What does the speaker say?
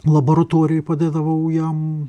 laboratorijoj padėdavau jam